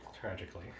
tragically